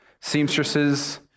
seamstresses